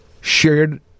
shared